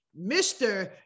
Mr